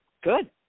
good